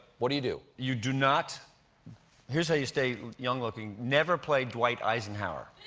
what do you do? you do not here's how you stay young looking. never play dwight eisenhower.